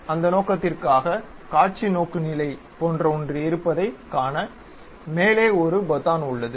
அந்த நோக்கத்திற்காக காட்சி நோக்குநிலை போன்ற ஒன்று இருப்பதைக் காண மேலே ஒரு பொத்தான் உள்ளது